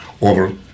over